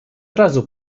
razu